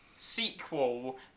sequel